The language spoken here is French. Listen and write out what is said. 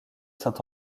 saint